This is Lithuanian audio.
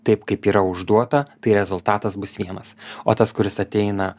taip kaip yra užduota tai rezultatas bus vienas o tas kuris ateina